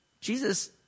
Jesus